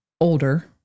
older